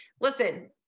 listen